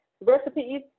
recipes